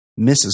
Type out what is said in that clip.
mrs